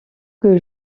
que